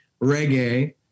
reggae